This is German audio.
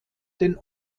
den